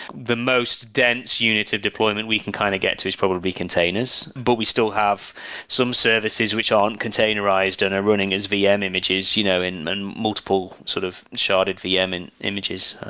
the most dense unit of deployment we can kind of get is probably containers, but we still have some services, which aren't containerized and are running as vm images you know and and multiple sort of sharded vm and images.